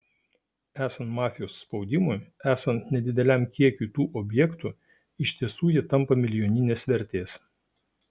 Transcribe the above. esant mafijos spaudimui esant nedideliam kiekiui tų objektų iš tiesų jie tampa milijoninės vertės